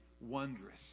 wondrous